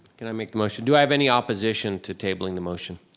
can i make the motion? do i have any opposition to tabling the motion?